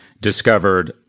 discovered